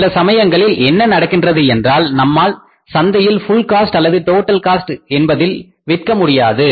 சில சமயங்களில் என்ன நடக்கின்றது என்றால் நம்மால் சந்தையில் ஃபுல் காஸ்ட் அல்லது டோடல் காஸ்ட் என்பதில் விற்க முடியாது